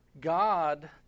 God